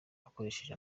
akoresheje